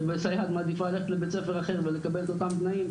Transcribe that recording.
שסייעת מעדיפה ללכת לבית ספר אחר ולקבל את אותם תנאים,